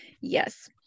Yes